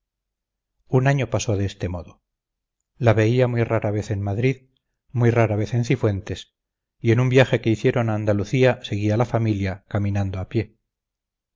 un año pasó de este modo la veía muy rara vez en madrid muy rara vez en cifuentes y en un viaje que hicieron a andalucía seguí a la familia caminando a pie